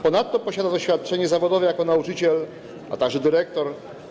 Ponadto posiada doświadczenie zawodowe jako nauczyciel, a także dyrektor.